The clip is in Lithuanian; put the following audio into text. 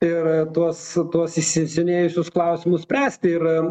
ir tuos tuos įsisenėjusius klausimus spręsti ir